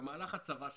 במהלך הצבא שלו,